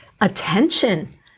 attention